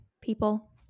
people